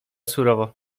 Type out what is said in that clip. surowo